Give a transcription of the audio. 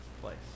place